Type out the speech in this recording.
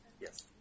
Yes